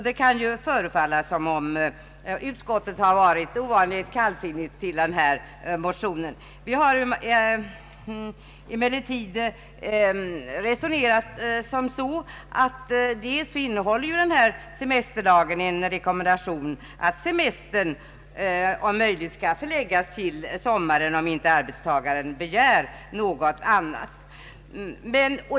Det kan förefalla som om utskottet varit ovanligt kallsinnigt till denna motion. Vi har emellertid resonerat som så, att semesterlagen innehåller en rekommendation att semestern om möjligt skall förläggas till sommaren, om inte arbetstagaren begär något annat.